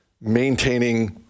maintaining